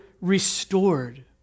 restored